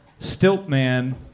Stiltman